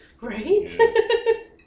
Right